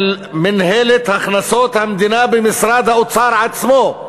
מינהל הכנסות המדינה במשרד האוצר עצמו,